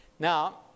Now